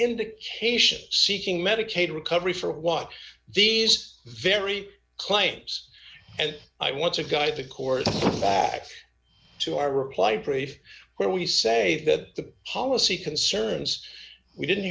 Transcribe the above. indication seeking medicaid recovery for what these very claims and i want to guide the court back to our reply brief where we say that the policy concerns we didn't